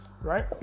right